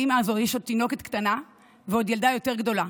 לאימא הזו יש עוד תינוקת קטנה וילדה יותר גדולה.